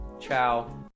Ciao